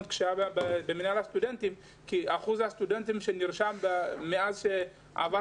כשהיה במנהל הסטודנטים כי אחוז הסטודנטים שנרשמו מאז שעבר